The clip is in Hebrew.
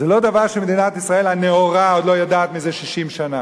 זה לא דבר שמדינת ישראל הנאורה עוד לא יודעת מזה 60 שנה.